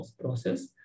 process